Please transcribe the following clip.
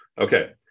Okay